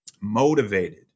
motivated